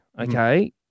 Okay